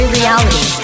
reality